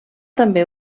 també